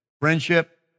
Friendship